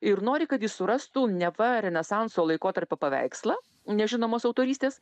ir nori kad jis surastų neva renesanso laikotarpio paveikslą nu nežinomos autorystės